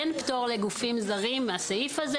אין פטור לגופים זרים מהסעיף הזה.